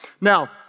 Now